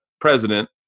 president